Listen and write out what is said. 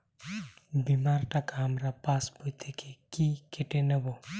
বিমার টাকা আমার পাশ বই থেকে কি কেটে নেবে?